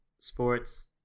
sports